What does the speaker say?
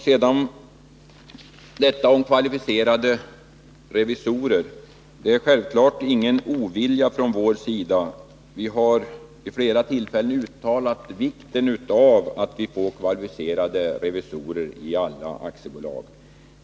När det gäller kvalificerade revisorer är det självfallet inte fråga om någon ovilja från vår sida. Vi har vid flera tillfällen uttalat vikten av att få kvalificerade revisorer i alla aktiebolag.